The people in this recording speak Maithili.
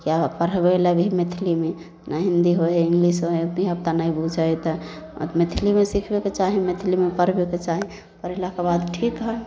या पढ़बैलए भी मैथिलीमे जेना हिन्दी होइ इंगलिश होइ धिआपुता नहि बुझै हइ तऽ मैथिलीमे सिखबैके चाही मैथिलीमे पढ़बैके चाही पढ़ेलाके बाद ठीक हइ